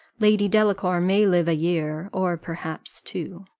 lady delacour may live a year, or perhaps two.